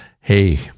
hey